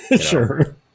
Sure